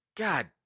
God